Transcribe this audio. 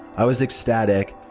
i was ecstatic,